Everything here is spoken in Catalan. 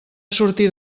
sortir